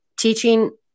teaching